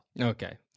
Okay